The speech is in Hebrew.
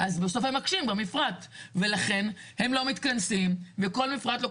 אתה צריך אישור של מהנדס חשמל שזה אלפי שקלים ואישור של גלאים ומטפים.